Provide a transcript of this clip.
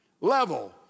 level